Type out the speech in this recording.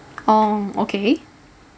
oh okay